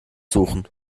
suchen